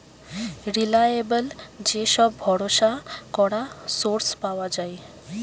reliable যে সব ভরসা করা সোর্স পাওয়া যায়